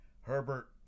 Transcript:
Herbert –